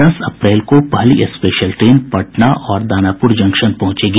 दस अप्रैल को पहली स्पेशन ट्रेन पटना और दानापुर जंक्शन पहुंचेगी